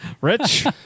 Rich